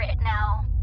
now